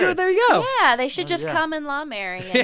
so there you go yeah, they should just common-law marry